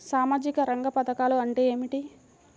సామాజిక రంగ పధకాలు అంటే ఏమిటీ?